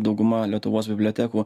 dauguma lietuvos bibliotekų